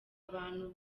abantu